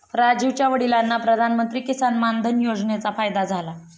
राजीवच्या वडिलांना प्रधानमंत्री किसान मान धन योजनेचा फायदा झाला